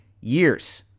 years